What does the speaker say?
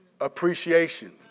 appreciation